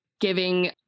giving